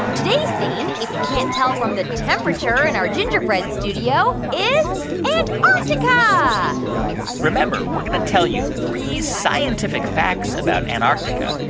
today's theme, if you can't tell from the temperature in our gingerbread studio, is and ah antarctica ah remember, we're going to tell you three scientific facts about antarctica.